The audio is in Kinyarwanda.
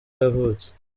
yavutse